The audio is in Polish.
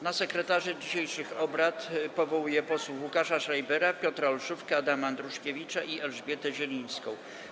Na sekretarzy dzisiejszych obrad powołuję posłów Łukasza Schreibera, Piotra Olszówkę, Adama Andruszkiewicza i Elżbietę Zielińską.